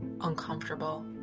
uncomfortable